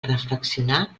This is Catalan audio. reflexionar